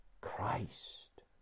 Christ